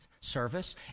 service